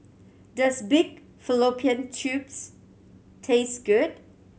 does pig fallopian tubes taste good